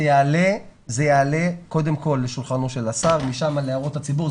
זה יעלה קודם כל לשולחנו של השר ומשם להערות הציבור.